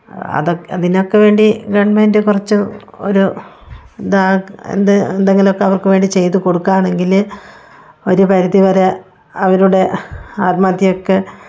അതൊക്കെ അതിനൊക്കെവേണ്ടി ഗവൺമെൻ്റ് കുറച്ച് ഒരു ഇതാ എന്ത് എന്തെങ്കിലുമൊക്കെ അവർക്കുവേണ്ടി ചെയ്തു കൊടുക്കുകയാണെങ്കിൽ ഒരു പരിധിവരെ അവരുടെ ആത്മഹത്യയൊക്കെ